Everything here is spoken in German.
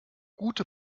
gute